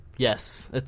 Yes